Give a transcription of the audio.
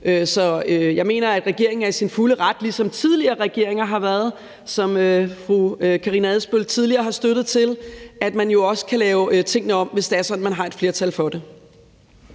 Som jeg mener, at regeringen er i sin fulde ret til, ligesom tidligere regeringer har været det, og som fru Karina Adsbøl tidligere har givet støtte til, at lave tingene om, hvis det er sådan, at man har et flertal for det.